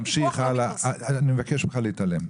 תמשיך הלאה, אני מבקש ממך להתעלם.